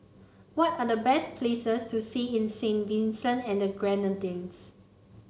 what are the best places to see in Saint Vincent and the Grenadines